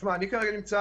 אני כרגע נמצא